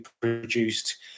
produced